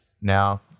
Now